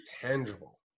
tangible